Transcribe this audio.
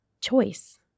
choice